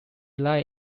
lie